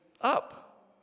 up